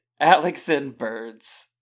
AlexandBirds